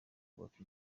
kubaka